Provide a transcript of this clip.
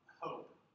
hope